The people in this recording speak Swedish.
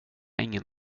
ingen